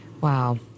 Wow